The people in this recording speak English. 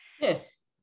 Yes